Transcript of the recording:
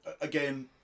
Again